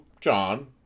John